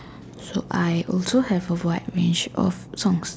so I also have a wide range of songs